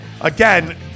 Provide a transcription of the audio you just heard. again